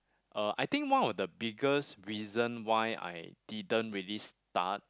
uh I think one of the biggest reason why I didn't really start